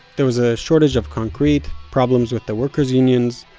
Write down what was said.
there was a shortage of concrete, problems with the workers unions,